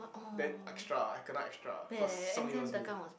then extra I kinda extra cause Song ling knows me